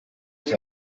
dich